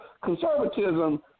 conservatism